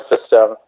system